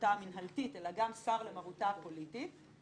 למרותה המינהלתית אלא גם למרותה הפוליטית.